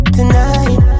Tonight